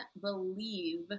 believe